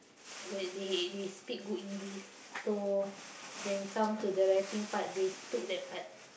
where they they speak good English so when come to the rapping part they took that part